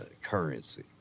currency